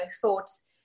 thoughts